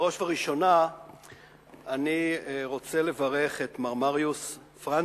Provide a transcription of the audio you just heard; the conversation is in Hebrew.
בראש ובראשונה אני רוצה לברך את מר מריוס פרנסמן,